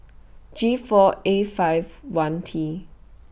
G four A five one T